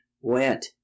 wet